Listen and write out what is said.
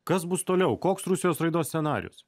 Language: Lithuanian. kas bus toliau koks rusijos raidos scenarijus